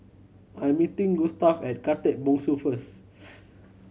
I am meeting Gustav at Khatib Bongsu first